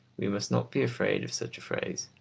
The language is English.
we must not be afraid of such a phrase.